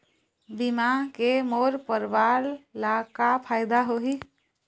बीमा के मोर परवार ला का फायदा होही?